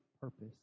purpose